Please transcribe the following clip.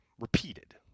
repeated